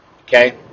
okay